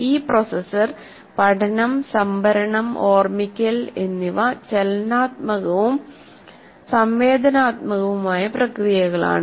ഈ പ്രോസസർ പഠനം സംഭരണം ഓർമ്മിക്കൽ എന്നിവ ചലനാത്മകവും സംവേദനാത്മകവുമായ പ്രക്രിയകളാണ്